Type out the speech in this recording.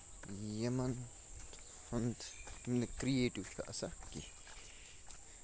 یِمن ہُند نہٕ کرِییٹِو چھُ آسان کینہہ